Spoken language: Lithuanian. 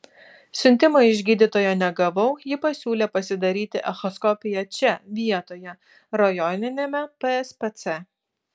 siuntimo iš gydytojo negavau ji pasiūlė pasidaryti echoskopiją čia vietoje rajoniniam pspc